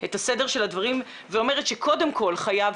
את הסדר של הדברים ואומרת שקודם כל חייב